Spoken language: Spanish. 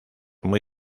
muy